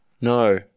No